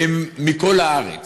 הם מכל הארץ.